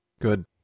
Good